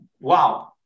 Wow